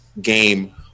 game